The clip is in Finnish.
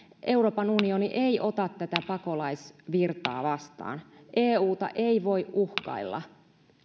euroopan unioni ei ota tätä pakolaisvirtaa vastaan euta ei voi uhkailla